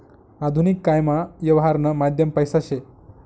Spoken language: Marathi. आधुनिक कायमा यवहारनं माध्यम पैसा शे